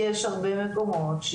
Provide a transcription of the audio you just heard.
יש הרבה מקומות,